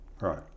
right